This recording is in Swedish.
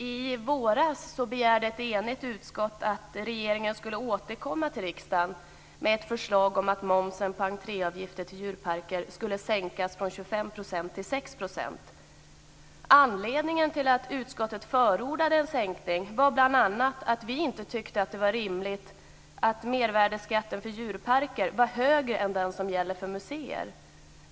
Fru talman! I våras begärde ett enigt utskott att regeringen skulle återkomma till riksdagen med ett förslag om att momsen på entréavgifter till djurparker skulle sänkas från 25 % till 6 %. Anledningen till att utskottet förordade en sänkning var bl.a. att vi inte tyckte att det var rimligt att mervärdesskatten för djurparker var högre än den som gäller för museer.